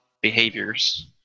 behaviors